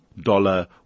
dollar